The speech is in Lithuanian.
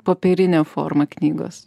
popierinė forma knygos